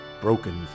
broken